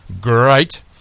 GREAT